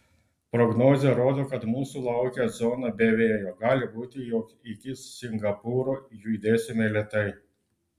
prognozė rodo kad mūsų laukia zona be vėjo gali būti jog iki singapūro judėsime lėtai